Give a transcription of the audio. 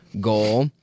goal